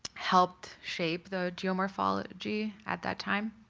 helped shape the geomorphology at that time?